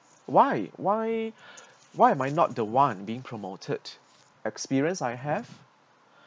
why why why am I not the one being promoted experience I have